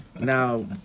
Now